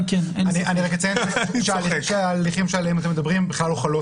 רק אציין שעל ההליכים שעליהם אתם מדברים בכלל לא חלות